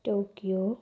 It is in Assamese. ট'কিঅ